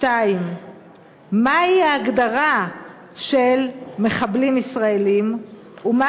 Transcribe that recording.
2. מה היא ההגדרה של מחבלים ישראלים ומה